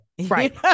Right